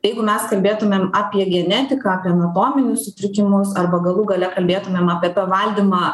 jeigu mes kalbėtumėm apie genetiką apie anatominius sutrikimus arba galų gale kalbėtumėm apie tą valgymą